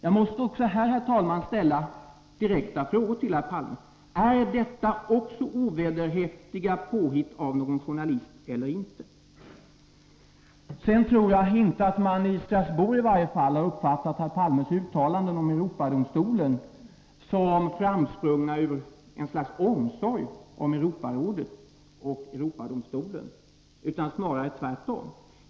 Jag måste också här, herr talman, ställa en direkt fråga till herr Palme: Är detta också ovederhäftiga påhitt av någon journalist? Jag tror inte att man i Strasbourg har uppfattat herr Palmes uttalanden om Europadomstolen som framsprungna ur ett slags omsorg om Europarådet och Europadomstolen, utan snarare tvärtom.